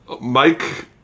Mike